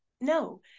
No